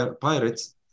pirates